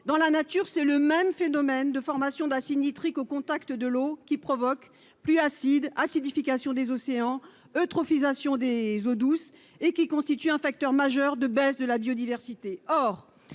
dans la nature, c'est le même phénomène de formation d'acide nitrique, au contact de l'eau qui provoque plus acide acidification des océans eutrophisation des eaux douces et qui constitue un facteur majeur de baisse de la biodiversité,